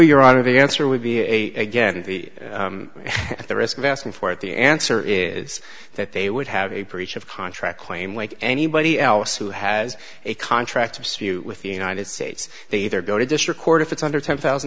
your honor the answer would be a at the risk of asking for it the answer is that they would have a breach of contract claim like anybody else who has a contract dispute with the united states they either go to district court if it's under ten thousand